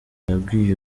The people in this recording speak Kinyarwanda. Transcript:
yabwiye